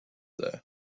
there